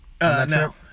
No